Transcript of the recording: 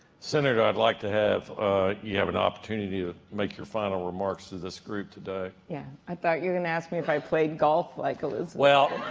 senator, i'd like to have you have an opportunity to make your final remarks to this group today. yeah, i thought you're gonna ask me if i play golf like elizabeth. i